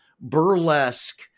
burlesque